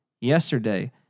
yesterday